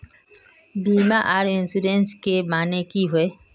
बीमा आर इंश्योरेंस के माने की होय?